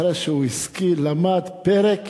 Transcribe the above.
אחרי שהוא השכיל ולמד פרק